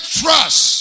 trust